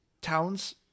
towns